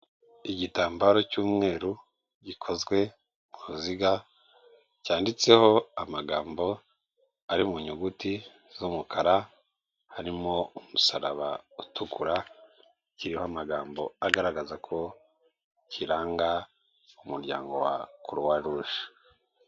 Igitambaro cy'umweru gikozwe mu ruziga, cyanditseho amagambo ari mu nyuguti z'umukara harimo umusaraba utukura, kiriho amagambo agaragaza ko kiranga mu muryango wa croix rouge.